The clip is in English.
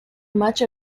much